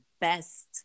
best